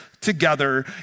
together